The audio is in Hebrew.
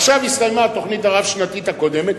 עכשיו הסתיימה התוכנית הרב-שנתית הקודמת,